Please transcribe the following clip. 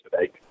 today